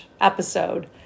episode